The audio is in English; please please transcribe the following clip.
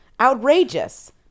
Outrageous